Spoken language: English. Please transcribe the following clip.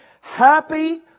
happy